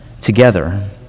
together